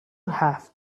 have